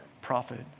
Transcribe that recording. prophet